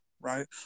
right